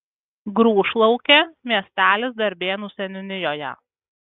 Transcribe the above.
grūšlaukė miestelis darbėnų seniūnijoje